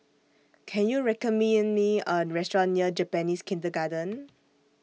Can YOU recommend Me A Restaurant near Japanese Kindergarten